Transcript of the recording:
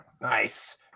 Nice